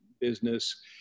business